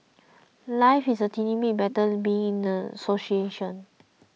life is a tiny bit better being in an association